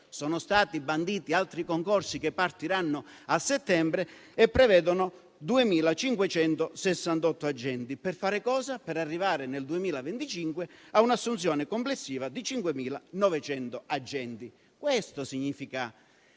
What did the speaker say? Sono stati banditi altri concorsi che partiranno a settembre e prevedono l'assunzione di 2.568 agenti, per arrivare nel 2025 a un'assunzione complessiva di 5.900 agenti. Questo significa